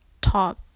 top